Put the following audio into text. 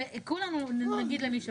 וכולנו נגיד למי שפה.